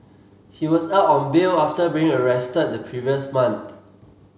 he was out on bail after being arrested the previous month